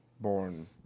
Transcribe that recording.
born